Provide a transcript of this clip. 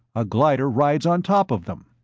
a glider rides on top of them.